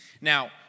Now